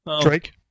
Drake